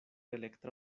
elektra